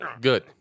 Good